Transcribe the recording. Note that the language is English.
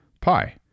Pi